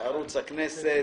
ערוץ הכנסת,